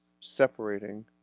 separating